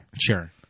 Sure